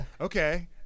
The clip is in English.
Okay